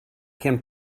can